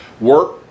work